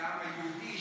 לעם היהודי,